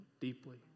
deeply